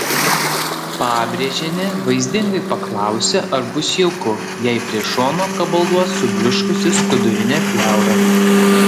pabrėžienė vaizdingai paklausė ar bus jauku jei prie šono kabalduos subliuškusi skudurinė pleura